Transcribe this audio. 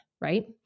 right